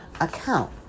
account